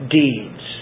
deeds